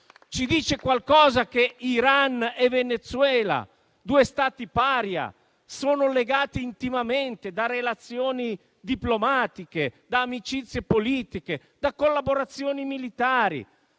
Ci dice qualcosa che Iran e Venezuela, due Stati paria, sono legati intimamente da relazioni diplomatiche, amicizie politiche e collaborazioni militari?